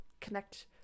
connect